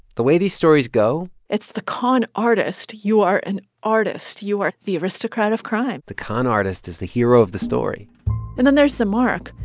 the way these stories go. it's the con artist. you are an artist. you are the aristocrat of crime. the con artist is the hero of the story and then there's the mark.